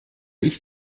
ich